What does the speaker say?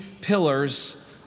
pillars